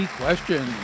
question